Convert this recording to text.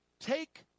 Take